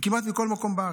וכמעט מכל מקום בארץ.